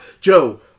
Joe